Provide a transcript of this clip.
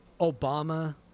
Obama